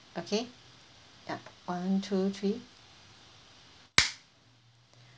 okay ya one two three